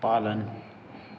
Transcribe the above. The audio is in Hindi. पालन